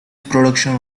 production